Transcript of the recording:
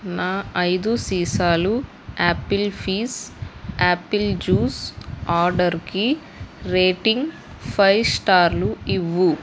నా ఐదు సీసాలు యాపిల్ ఫీజ్ యాపిల్ జూస్ ఆర్డర్కి రేటింగ్ ఫైవ్ స్టార్లు ఇవ్వు